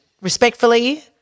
respectfully